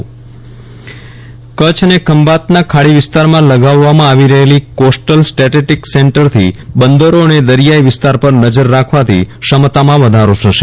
વિરલ રાણા રેયાઈ સેન્ટ કરછ અને ખંભાતનાં ખાડી વિસ્તારમાં લાગાવાવમાં આવી રફેલી કોસટલ સ્ટેટિક સેંટરથી બંદરો અને દરિયાઈ વિસ્તાર પર નજર રાખવાથી ક્ષમતામાં વધારો થશે